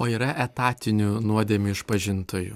o yra etatinių nuodėmių išpažintojų